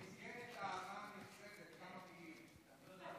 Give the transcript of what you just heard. במסגרת האהבה הנכזבת כמה מילים.